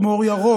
כמו אור ירוק,